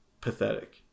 pathetic